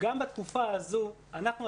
גם בתקופה הזאת אנחנו,